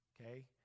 okay